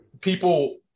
people